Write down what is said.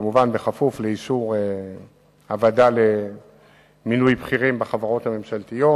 כמובן בכפוף לאישור הוועדה למינוי בכירים בחברות הממשלתיות.